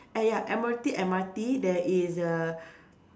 ah ya Admiralty M_R_T there is a